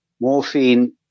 Morphine